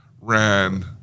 ran